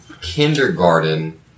kindergarten